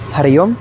हरिः ओम्